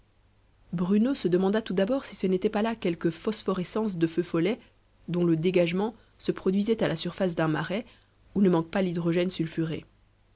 bruno se demanda tout d'abord si ce n'étaient pas là quelques phosphorescences de feux follets dont le dégagement se produisait à la surface d'un marais où ne manque pas l'hydrogène sulfuré